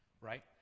right